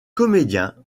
comédien